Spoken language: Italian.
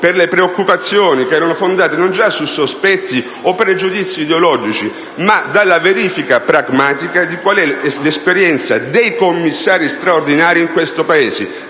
per le preoccupazioni fondate, non già su sospetti o pregiudizi ideologici, ma sulla verifica pragmatica dell'esperienza dei commissari straordinari nel nostro Paese: